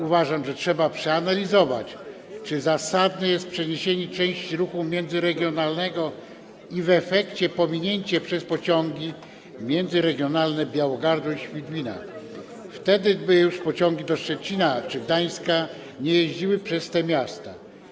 Uważam, że trzeba przeanalizować, czy zasadne jest przeniesienie części ruchu międzyregionalnego i w efekcie pominięcie przez pociągi międzyregionalne Białogardu i Świdwina - wtedy już pociągi do Szczecina czy Gdańska nie jeździłyby przez te miasta.